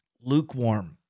Lukewarm